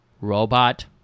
robot